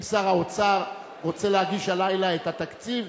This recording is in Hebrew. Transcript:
אם שר האוצר רוצה להגיש הלילה את התקציב,